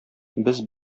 без